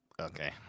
Okay